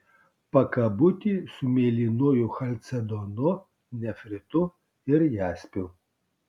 pakabutį su mėlynuoju chalcedonu nefritu ir jaspiu